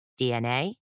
DNA